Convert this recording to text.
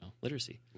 literacy